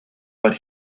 but